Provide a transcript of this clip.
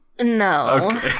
No